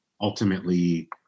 ultimately